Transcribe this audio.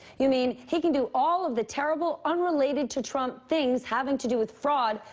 you mean he can do all of the terrible, unrelated to trump things having to do with fraud,